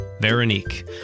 Veronique